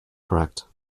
correct